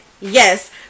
yes